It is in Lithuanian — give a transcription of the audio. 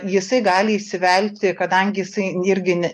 jisai gali įsivelti kadangi jisai irgi ne